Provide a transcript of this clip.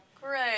Great